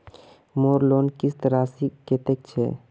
मोर लोन किस्त राशि कतेक छे?